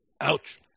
Ouch